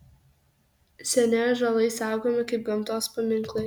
seni ąžuolai saugomi kaip gamtos paminklai